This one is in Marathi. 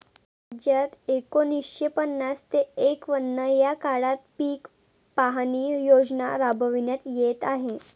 राज्यात एकोणीसशे पन्नास ते एकवन्न या काळात पीक पाहणी योजना राबविण्यात येत आहे